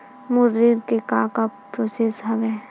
मोर ऋण के का का प्रोसेस हवय?